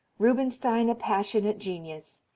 rubinstein a passionate genius,